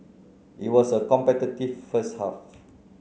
it was a competitive first half